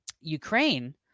Ukraine